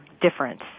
difference